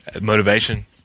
Motivation